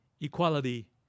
equality